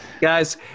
guys